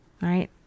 Right